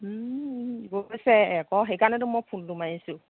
গৈছে আকৌ সেইকাৰণেটো মই ফোনটো মাৰিছোঁ